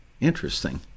Interesting